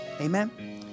Amen